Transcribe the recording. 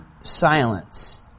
silence